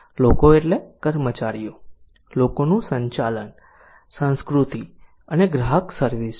લોકો એટલે કર્મચારીઓ લોકોનું સંચાલન સંસ્કૃતિ અને ગ્રાહક સર્વિસ છે